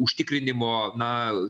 užtikrinimo na